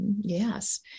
Yes